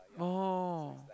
oh